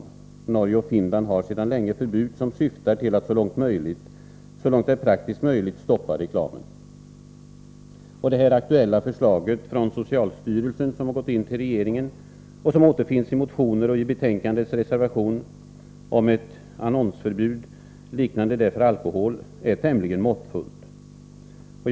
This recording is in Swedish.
— Nr 131 Norge och Finland har sedan länge förbud som syftar till att så långt det är : Torsdagen den praktiskt möjligt stoppa reklamen. 26 april 1984 Det aktuella förslaget, som socialstyrelsen ingivit till regeringen och som återfinns i motioner och i betänkandets reservation, om ett annonsförbud Marknadsföring av liknande det för alkohol är tämligen måttfullt.